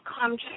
come